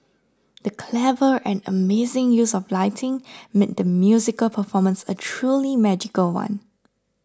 the clever and amazing use of lighting made the musical performance a truly magical one